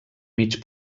mig